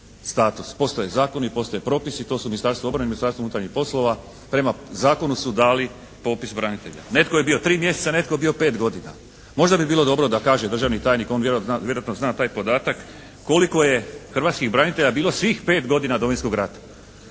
Postoje zakoni i postoje propisi, to su Ministarstvo obrane, Ministarstvo unutarnjih poslova. Prema zakonu su dali popis branitelja. Netko je bio 3 mjeseca, netko je bio 5 godina. Možda bi bilo dobro da kaže državni tajnik, on vjerojatno zna taj podatak koliko je hrvatskih branitelja bilo svih 5 godina Domovinskog rata.